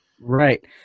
right